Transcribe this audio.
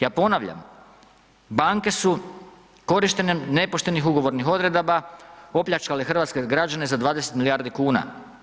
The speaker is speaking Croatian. Ja ponavljam, banke su korištene nepoštenih ugovornih odredaba opljačkale hrvatske građane za 20 milijardi kuna.